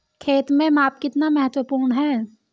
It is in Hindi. खेत में माप कितना महत्वपूर्ण है?